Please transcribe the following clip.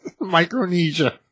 Micronesia